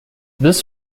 this